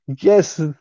yes